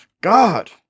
God